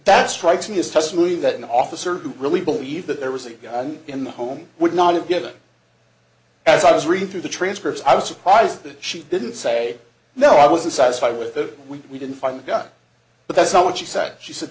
that strikes me as testimony that an officer who really believed that there was a gun in the home would not have given as i was reading through the transcripts i was surprised that she didn't say no i wasn't satisfied with that we didn't find the guy but that's not what she said she said